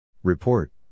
Report